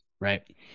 right